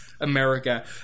America